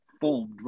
formed